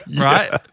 right